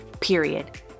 period